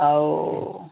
ଆଉ